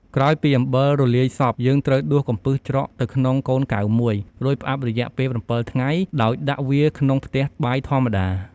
ក្រោយពីអំបិលរលាយសព្វ យើងត្រូវដួសកំពឹសច្រកទៅក្នុងកូនកែវមួយ រួចផ្អាប់ទុករយៈពេល ៧ថ្ងៃ ដោយដាក់វាក្នុងផ្ទះបាយធម្មតា។